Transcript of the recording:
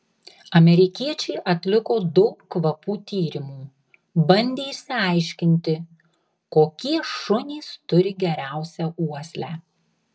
amerikiečiai atliko daug kvapų tyrimų bandė išsiaiškinti kokie šunys turi geriausią uoslę